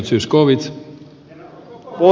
herra puhemies